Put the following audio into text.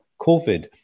COVID